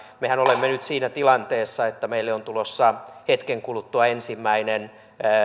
mehän olemme nyt siinä tilanteessa että meille on tulossa hetken kuluttua ensimmäinen